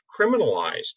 criminalized